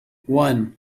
one